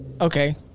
Okay